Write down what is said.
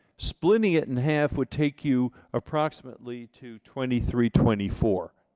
splitting it in half would take you approximately to twenty three twenty four.